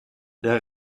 der